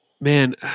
man